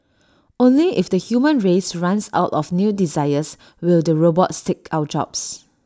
only if the human race runs out of new desires will the robots take our jobs